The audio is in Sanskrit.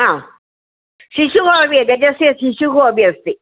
शिशुवपि गजस्य शिशुः अपि अस्ति